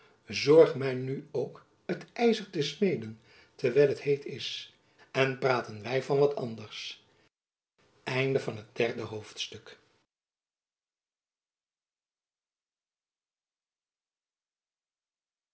zorg gy nu ook het yzer te smeden terwijl het heet is en praten wy van wat anders jacob van lennep elizabeth musch vierde hoofdstuk